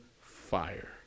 fire